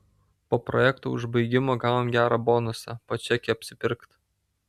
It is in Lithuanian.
po projekto užbaigimo gavom gerą bonusą po čekį apsipirkt